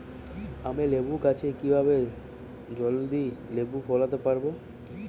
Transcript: আমি লেবু গাছে কিভাবে জলদি লেবু ফলাতে পরাবো?